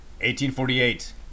1848